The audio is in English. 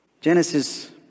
Genesis